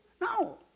No